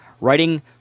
Writing